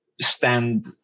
stand